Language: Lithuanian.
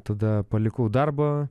tada palikau darbą